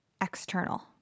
external